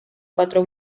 cuatro